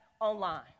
online